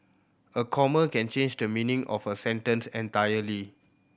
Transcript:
a comma can change the meaning of a sentence entirely